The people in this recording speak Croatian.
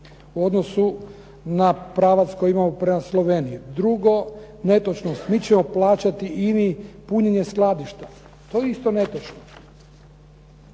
u odnosu na pravac koji imamo prema Sloveniji. Drugo netočnost, mi ćemo plaćati INA-i punjenje skladišta. To je isto netočno.